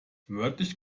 wörtlich